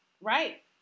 Right